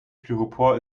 styropor